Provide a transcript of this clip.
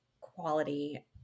quality